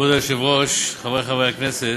כבוד היושב-ראש, חברי חברי הכנסת,